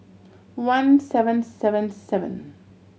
one seven seven seven